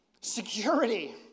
Security